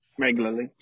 regularly